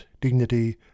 dignity